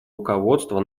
руководства